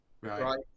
Right